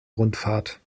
rundfahrt